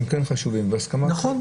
שחשובים והסכמות,